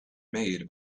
made